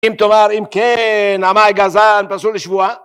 אם טובה, אם כן, עמאי גזן, פרסום לשבועה